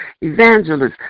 evangelists